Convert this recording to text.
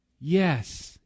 Yes